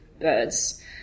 birds